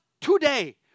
today